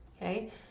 okay